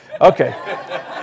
Okay